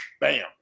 bam